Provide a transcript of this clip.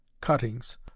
cuttings